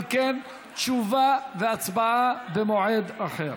אם כן, תשובה והצבעה במועד אחר.